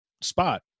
spot